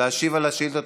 ולהשיב על השאילתות,